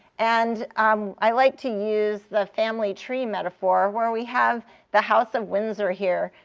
and um i like to use the family tree metaphor where we have the house of windsor here,